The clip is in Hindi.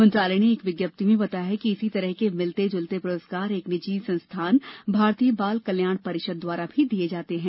मंत्रालय ने एक विज्ञप्ति में बताया कि इसी तरह के मिलते जुलते पुरस्कार एक निजी संस्थान भारतीय बाल कल्याण परिषद द्वारा भी दिये जाते रहे हैं